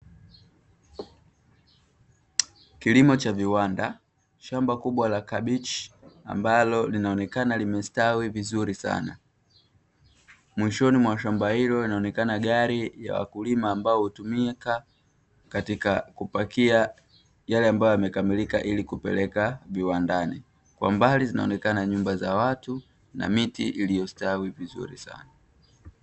Kilimo cha viwanda Shamba kubwa la kabichi ambalo linaonekana limestawi vizuri sana mwishoni mwa shamba hilo inaonekana gari ya wakulima ambao hutumia katika kupakia yale ambayo yamekamilika ili kupeleka viwandani kwa mbali zinaonekana nyumba za watu na miti iliyostawi vizuri sana.